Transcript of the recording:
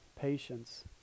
patience